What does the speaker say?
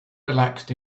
relaxed